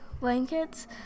blankets